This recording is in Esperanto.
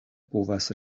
povas